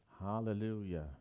Hallelujah